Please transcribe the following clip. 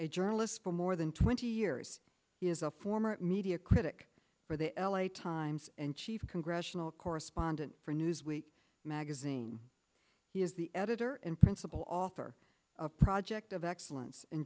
a journalist for more than twenty years is a former media critic for the l a times and chief congressional correspondent for newsweek magazine he is the editor and principal author project of excellence in